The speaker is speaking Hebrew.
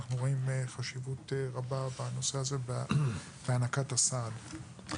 אנחנו רואים חשיבות רבה בנושא הזה בהענקת הסעד.